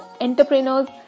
entrepreneurs